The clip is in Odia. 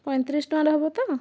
ପଞ୍ଚତିରିଶି ଟଙ୍କାରେ ହେବ ତ